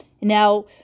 Now